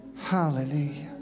hallelujah